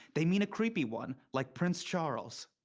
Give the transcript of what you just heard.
they mean a creepy one, like prince charles.